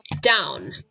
down